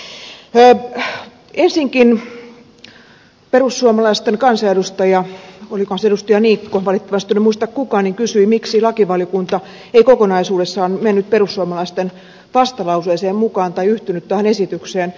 ensinnäkin perussuomalaisten kansanedustaja olikohan se edustaja niikko valitettavasti en nyt muista kuka kysyi miksi lakivaliokunta ei kokonaisuudessaan mennyt perussuomalaisten vastalauseeseen mukaan tai yhtynyt tähän esitykseen